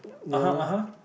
(uh huh) (uh huh)